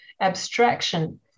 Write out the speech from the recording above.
abstraction